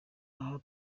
aha